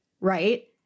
right